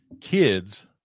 kids